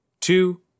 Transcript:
two